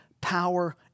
power